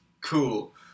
Cool